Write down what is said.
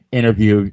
interview